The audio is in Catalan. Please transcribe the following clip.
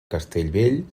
castellvell